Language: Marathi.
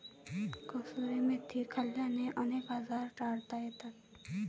कसुरी मेथी खाल्ल्याने अनेक आजार टाळता येतात